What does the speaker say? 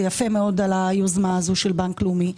יפה מאוד על היוזמה הזו של בנק לאומי.